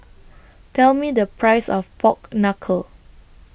Tell Me The Price of Pork Knuckle